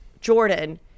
Jordan